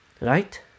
Right